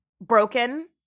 broken